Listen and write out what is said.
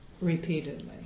repeatedly